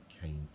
came